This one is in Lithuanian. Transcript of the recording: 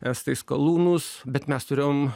estai skalūnus bet mes turėjom